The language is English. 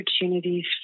opportunities